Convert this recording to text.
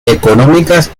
económicas